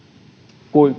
kuin sitten